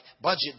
budget